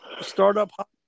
startup